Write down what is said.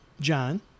John